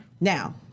Now